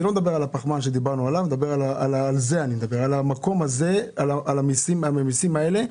אני לא מדבר על הפחמן, אני מדבר על הממיסים האלה,